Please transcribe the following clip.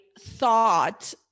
thought